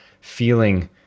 feeling